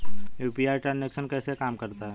UPI transaction कैसे काम करता है?